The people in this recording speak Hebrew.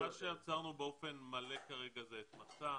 מה שעצרנו באופן מלא כרגע זה את 'מסע',